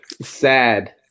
Sad